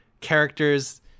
characters